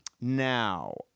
now